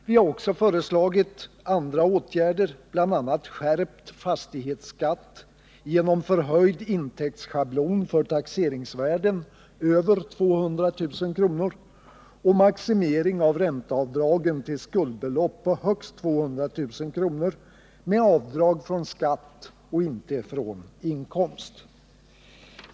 Vi har också föreslagit andra åtgärder, bl.a. skärpt fastighetsskatt genom förhöjd intäktsschablon för taxeringsvärden över 200 000 kr. och maximering av ränteavdragen till skuldbelopp på högst 200 000 kr. med avdrag från skatt och inte från inkomst.